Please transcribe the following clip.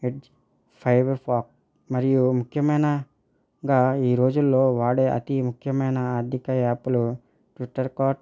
edge Firefox మరియు ముఖ్యమైన గా ఈ రోజుల్లో వాడే అతి ముఖ్యమైన అధిక యాప్లు ట్విట్టర్ కాట్